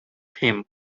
team